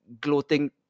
gloating